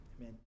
Amen